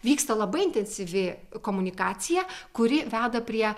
vyksta labai intensyvi komunikacija kuri veda prie